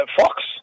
Fox